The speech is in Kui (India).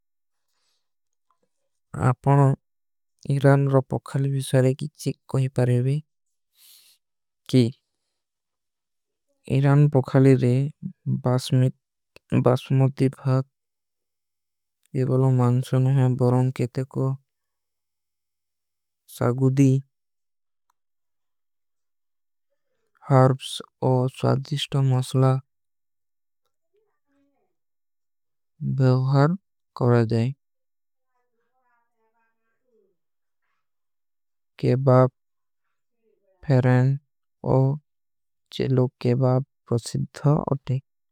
ଆପକା ଇରାନ ପୋଖାଲୀ ଵିଶାରେ କୀଛୀ କୋଈ ପାରେବୀ। କୀ ଇରାନ ପୋଖାଲୀ ରେ ବାସମୁତି। ଭାଗ ଯେ ବଲୋ ମାଂସୋନ ହୈଂ ବରୋଂ କେ ତେ କୋ ସାଗୁଦୀ ହାର୍ବ୍ସ। ଔର ସ୍ଵାଜିସ୍ଟା ମସଲା ବେହାର କରେ। ଜାଏ କେବାପ ଫେରେନ ଔର ଚେଲୋ। କେବାପ ପ୍ରସିଦ୍ଧା ଉଟେ।